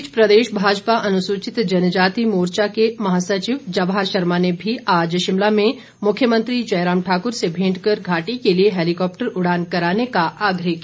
इस बीच प्रदेश भाजपा अनुसूचित जनजातीय मोर्चा के महासचिव जवाहर शर्मा ने भी आज शिमला में मुख्यमंत्री जयराम ठाकुर से भेंट कर घाटी के लिए हैलीकॉप्टर उड़ान करवाने का आग्रह किया